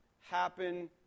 happen